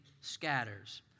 scatters